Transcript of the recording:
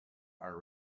are